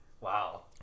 Wow